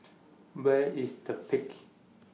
Where IS The Peak